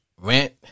rent